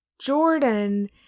Jordan